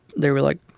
they were like,